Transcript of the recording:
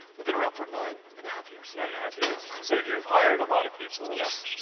we've been around for nine and a half years. nine and a half years. and so you've hired a lot of people. yes.